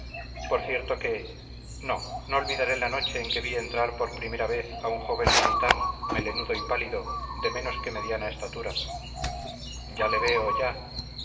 por cierto que no no olvidaré la noche en que vi entrar por primera vez a un joven militar melenudo y pálido de menos que mediana estatura ya le veo ya